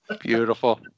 Beautiful